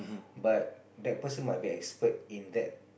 but that person might be expert in that